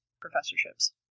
professorships